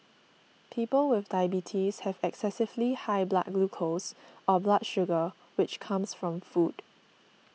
people with diabetes have excessively high blood glucose or blood sugar which comes from food